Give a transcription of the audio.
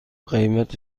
قیمت